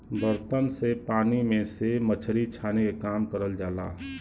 बर्तन से पानी में से मछरी छाने के काम करल जाला